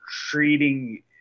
treating